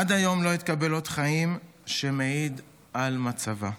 עד היום לא התקבל אות חיים שמעיד על מצבה.